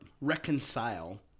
reconcile